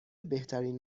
بهترین